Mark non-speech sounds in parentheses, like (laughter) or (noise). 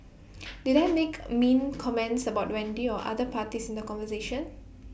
(noise) did (noise) I make mean comments about Wendy or other parties in the conversation